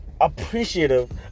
appreciative